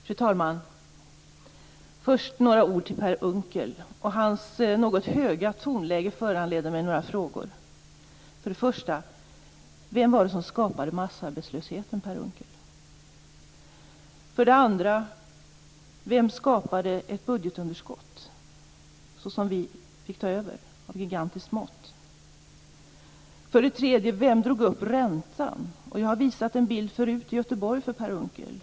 Fru talman! Först några ord till Per Unckel. Hans något höga tonläge föranleder mig att ställa några frågor. För det första: Vem var det som skapade massarbetslösheten, Per Unckel? För det andra: Vem skapade ett budgetunderskott av gigantiskt mått som vi fick ta över? För det tredje: Vem drog upp räntan? Jag har tidigare i Göteborg visat en bild för Per Unckel.